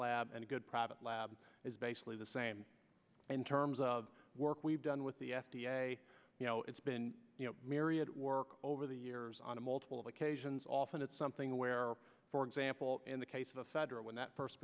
lab and a good private lab is basically the same in terms of work we've done with the f d a you know it's been you know myriad work over the years on a multiple of occasions often it's something where for example in the case of the federal when that first